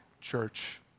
Church